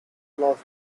lost